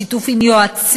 בשיתוף עם יועצים,